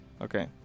Okay